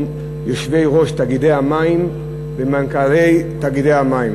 יושבי-ראש תאגידי המים ומנכ"לי תאגידי המים